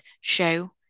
show